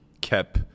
kept